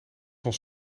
ons